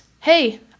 hey